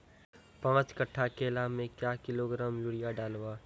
पाँच कट्ठा केला मे क्या किलोग्राम यूरिया डलवा?